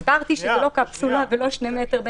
הסברתי שזה לא קפסולה ולא 2 מטר.